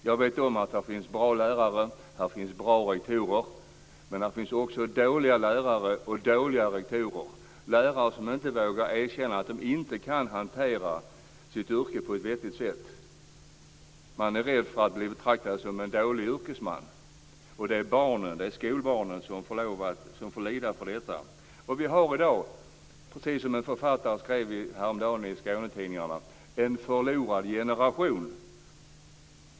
Jag vet att det finns bra lärare och rektorer men också att det finns dåliga lärare och rektorer. Det finns lärare som inte vågar erkänna att de inte kan hantera sitt yrke på ett vettigt sätt. De är rädda för att bli betraktade som dåliga yrkesmän, och detta får skolbarnen lida för. Vi har i dag, som en författare häromdagen skrev i Skånetidningarna, en förlorad generation.